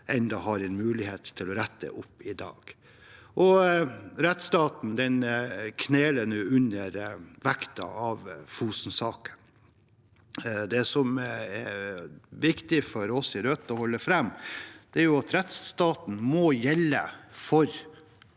men vi har i dag muligheten til å rette opp i det. Rettsstaten kneler nå under vekten av Fosen-saken. Det som er viktig for oss i Rødt å framholde, er at rettsstaten må gjelde for